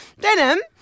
Denim